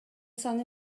саны